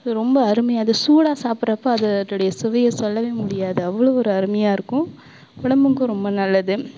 ரொம்ப அருமையாக அதை சூடாக சாப்புட்றப்போ அது அதனுடைய சுவையை சொல்லவே முடியாது அவ்வளோ ஒரு அருமையாக இருக்கும் உடம்புக்கும் ரொம்ப நல்லது